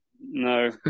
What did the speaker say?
No